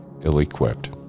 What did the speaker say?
ill-equipped